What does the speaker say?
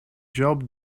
job